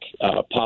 pop